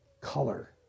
color